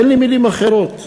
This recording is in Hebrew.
אין לי מילים אחרות,